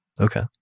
Okay